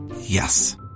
Yes